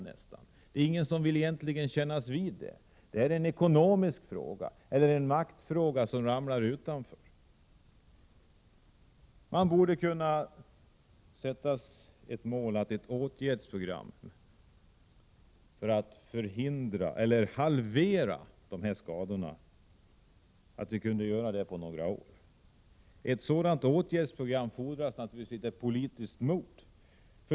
Men ingen tar fasta på detta — det är en ekonomisk fråga, som inte får plats inom forskningens ram. Vi borde kunna sätta som mål att få ett åtgärdsprogram för att kunna halvera dessa skador på några år. För ett sådant åtgärdsprogram fordras naturligtvis politiskt mod.